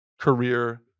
career